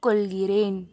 ஒப்புக்கொள்கிறேன்